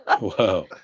Wow